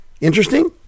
Interesting